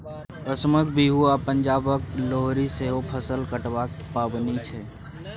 असमक बिहू आ पंजाबक लोहरी सेहो फसल कटबाक पाबनि छै